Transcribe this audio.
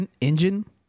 engine